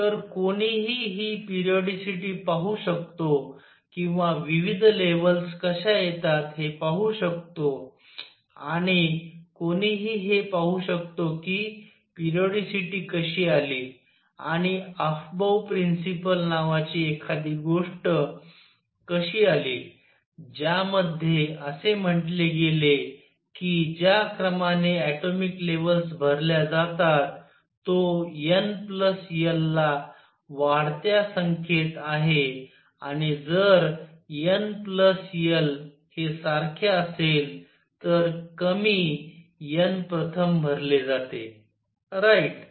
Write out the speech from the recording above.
तर कोणीही हि पेरिओडीसीटी पाहू शकतो किंवा विविध लेव्हल्स कश्या येतात हे पाहू शकते आणि कोणीही हे पाहू शकतो कि पेरिओडीसिटी कशी आली आणि अफबाऊ प्रिंसिपल नावाची एखादी गोष्ट कशी आली ज्यामध्ये असे म्हटले गेले की ज्या क्रमाने ऍटोमिक लेव्हल्स भरल्या जातात तो n l ला वाढत्या संख्येत आहे आणि जर n l हे सारखे असेल तर कमी n प्रथम भरले जाते राईट